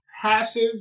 passive